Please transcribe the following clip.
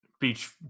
beach